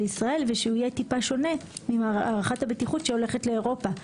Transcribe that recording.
ישראל ושיהיה טיפה שונה מהערכת הבטיחות שהולכת לאירופה.